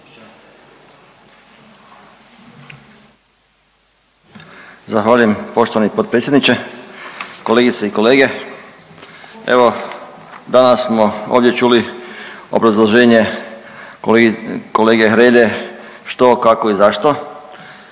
Zahvaljujem poštovani potpredsjedniče. Kolegice i kolege, evo danas smo ovdje čuli obrazloženje kolege, kolege Hrelje što, kako i zašto,